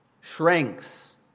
shrinks